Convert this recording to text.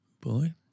boy